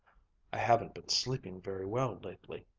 i haven't been sleeping very well lately,